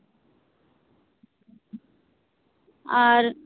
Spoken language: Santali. ᱟᱨ